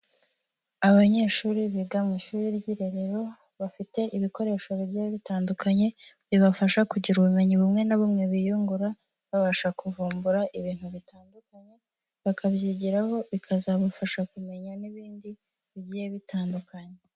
Abanyeshuri biga mu ishuri ry'irerero bafite ibikoresho bigiye bitandukanye bibafasha kugira ubumenyi bumwe na bumwe biyungura babasha kuvumbura ibintu bitandukanye, bakabyigiraho bikazabafasha kumenya n'ibindi bigiye bitandukanye.